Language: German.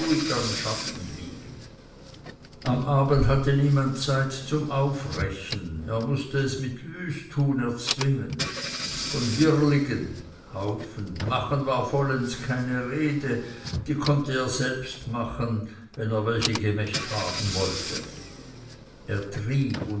schatten liegen am abend hatte niemand zeit zum aufrechen er mußte es mit wüsttun erzwingen von birligen war vollends keine rede die konnte er selbst machen wenn er welche gemacht haben wollte er trieb